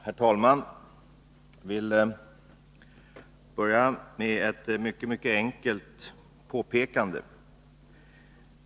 Herr talman! Jag vill börja med ett mycket enkelt påpekande.